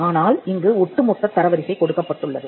ஆனால் இங்கு ஒட்டுமொத்தத் தரவரிசை கொடுக்கப்பட்டுள்ளது